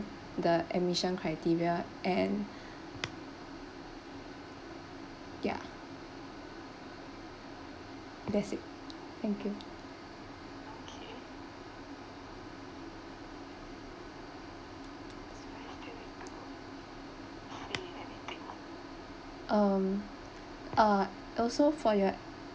the admission criteria and ya that's it thank you um uh also for your